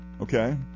okay